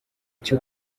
cyo